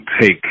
take